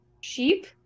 Sheep